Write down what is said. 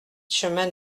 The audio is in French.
chemin